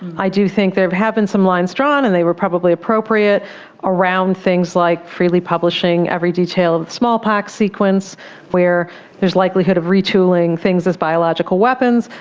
i do think there have been some lines are drawn and they were probably appropriate around things like freely publishing every detail of the smallpox sequence where there is likelihood of retooling things as biological weapons,